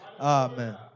Amen